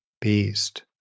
beast